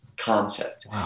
concept